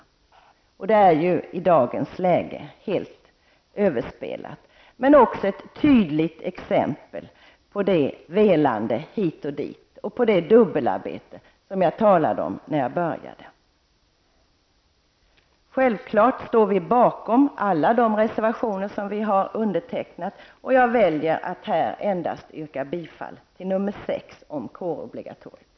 Det är ju helt överspelat i dagens läge, men det är också ett tydligt exempel på det velande hit och dit och på det dubbelarbete som jag talade om när jag började. Vi står självfallet bakom alla de reservationer som vi har undertecknat. Jag väljer här att endast yrka bifall till reservation nr 6 om kårobligatoriet.